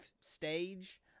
stage